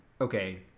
Okay